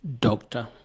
Doctor